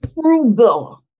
frugal